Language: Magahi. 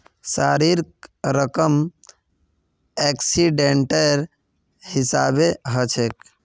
राशिर रकम एक्सीडेंटेर हिसाबे हछेक